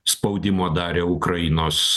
spaudimo darė ukrainos